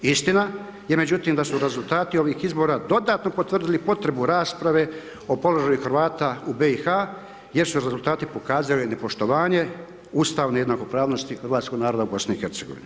Istina je međutim, da su rezultati ovih izbora dodatno potvrdili potrebu rasprave o položaju Hrvata u BIH, jer su rezultati pokazali nepoštovanje, Ustav nejednakopravnosti Hrvatskog naroda u BIH.